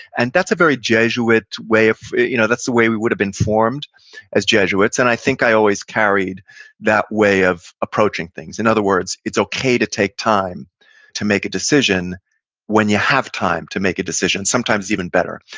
and that's a very jesuit way of, you know that's the way we would've been formed as jesuits and i think i always carried that way of approaching things. in other words, it's okay to take time to make a decision when you have time to make a decision sometimes even better.